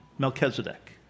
melchizedek